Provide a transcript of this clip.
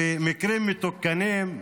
במקרים מתוקנים,